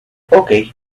okay